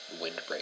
windbreak